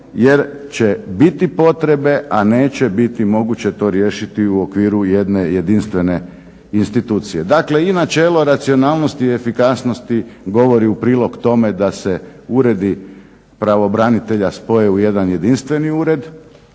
jer će biti potrebe a neće biti moguće to riješiti u okviru jedne jedinstvene institucije. Dakle, i načelo racionalnosti i efikasnost govori u prilog tome da se uredi pravobranitelja spoje u jedan jedinstveni ured.